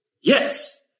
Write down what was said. Yes